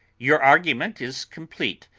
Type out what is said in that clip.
your argument is complete,